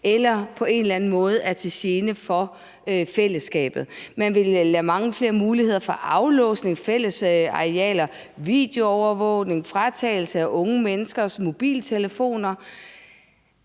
eller på en eller anden måde er til gene for fællesskabet. Man ville give mange flere muligheder for aflåsning af fællesarealer, videoovervågning og fratagelse af unge menneskers mobiltelefoner.